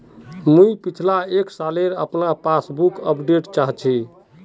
मुई पिछला एक सालेर अपना पासबुक अपडेट चाहची?